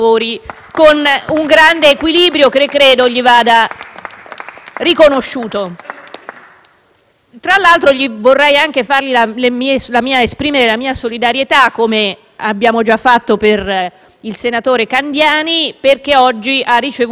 Tra l'altro, vorrei anche esprimergli la mia solidarietà, come abbiamo già fatto per il senatore Candiani, perché oggi ha ricevuto anche delle minacce e degli insulti via *web* e quindi credo sia doveroso.